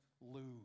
lose